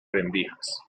rendijas